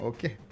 Okay